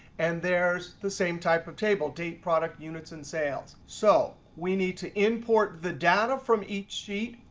and there's the same type of table, date, product, units, and sales. so we need to import the data from each sheet.